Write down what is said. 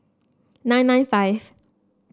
nine nine five